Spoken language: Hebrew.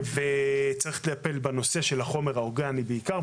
צריך לטפל בנושא של החומר האורגני בעיקר,